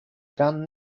gun